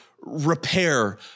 repair